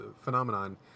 phenomenon